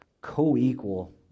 co-equal